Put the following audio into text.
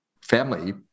family